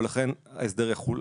ולכן ההסדר יחול.